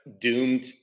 doomed